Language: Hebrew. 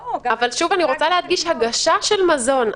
אבל שוב אני רוצה להדגיש, הגשה של מזון.